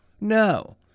no